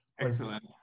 Excellent